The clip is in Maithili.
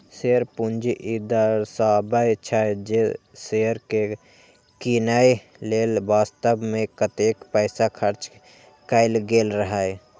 शेयर पूंजी ई दर्शाबै छै, जे शेयर कें कीनय लेल वास्तव मे कतेक पैसा खर्च कैल गेल रहै